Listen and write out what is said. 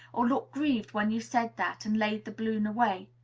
or look grieved when you said that, and laid the balloon away.